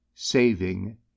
saving